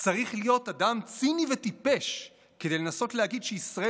"צריך להיות אדם ציני וטיפש כדי לנסות להגיד שישראל